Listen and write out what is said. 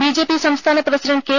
BJP സംസ്ഥാന president K